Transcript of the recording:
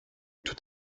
tout